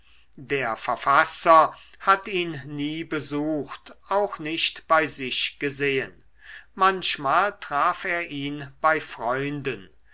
der verfasser hat ihn nie besucht auch nicht bei sich gesehen manchmal traf er ihn bei freunden